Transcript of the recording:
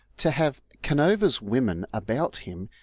to have canova's women about him,